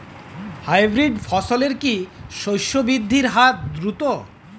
Hybrid ফসলের কি শস্য বৃদ্ধির হার দ্রুত?